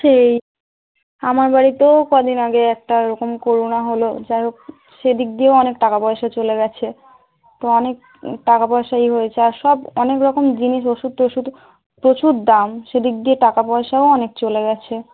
সেই আমার বাড়িতেও কদিন আগে একটা ওরকম করোনা হলো যা হোক সে দিক দিয়েও অনেক টাকা পয়সা চলে গেছে তো অনেক টাকা পয়সা ই হয়েছে আর সব অনেক রকম জিনিস ওষুধ টষুধ প্রচুর দাম সে দিক দিয়ে টাকা পয়সাও অনেক চলে গেছে